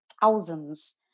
thousands